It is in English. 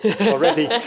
already